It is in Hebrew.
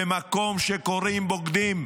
במקום שבו קוראים בוגדים,